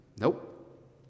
Nope